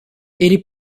ele